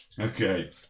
Okay